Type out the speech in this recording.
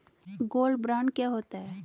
Gold bond क्या होता है?